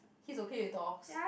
he's okay with dogs